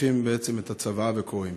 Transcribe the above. פותחים בעצם את הצוואה וקוראים.